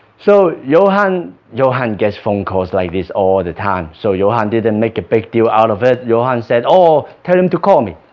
so johan johan gets phone calls like this all the time so johan didn't make a big deal out of it. johan said oh, tell him to call me.